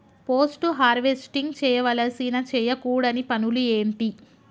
Post harvesting చేయవలసిన చేయకూడని పనులు ఏంటి?